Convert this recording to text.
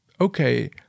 okay